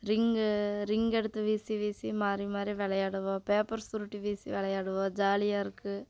ring ring எடுத்து வீசி வீசி மாறி மாறி விளையாடுவோம் பேப்பர் சுருட்டி வீசி விளையாடுவோம் ஜாலியாக இருக்கும்